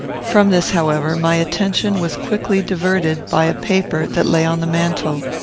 from this, however, my attention was quickly diverted by a paper that lay on the mantel.